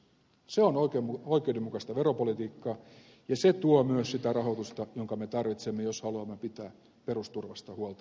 se on oikeudenmukaista veropolitiikkaa ja se tuo myös sitä rahoitusta jonka me tarvitsemme jos haluamme pitää perusturvasta huolta jatkossa